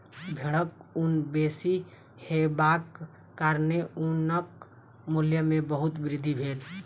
भेड़क ऊन बेसी हेबाक कारणेँ ऊनक मूल्य में बहुत वृद्धि भेल